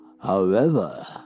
However